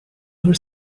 her